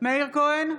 מאיר כהן,